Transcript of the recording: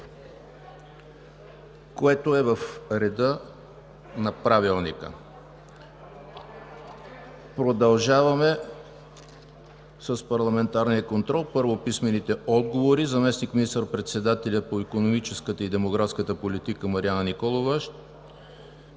което е в реда на Правилника. Продължаваме с парламентарния контрол. Първо, писмените отговори: - заместник министър-председателят по икономическата и демографската политика Марияна Николова